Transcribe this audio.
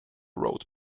road